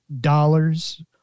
dollars